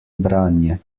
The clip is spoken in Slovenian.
branje